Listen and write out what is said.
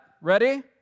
Ready